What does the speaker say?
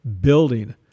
building